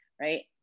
right